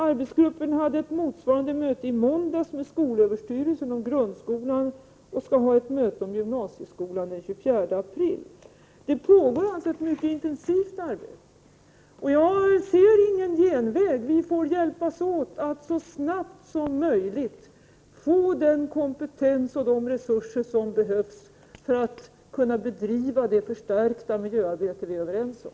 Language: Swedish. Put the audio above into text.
Arbetsgruppen hade i måndags ett motsvarande möte med skolöverstyrelsen om grundskolan. Den skall ha ett motsvarande möte om gymnasieskolan den 24 april. Det pågår alltså ett mycket intensivt arbete. Jag ser ingen genväg. Vi får hjälpas åt att så snabbt som möjligt få den kompetens och de resurser som behövs för att vi skall kunna bedriva det förstärkta miljöarbete vi är överens om.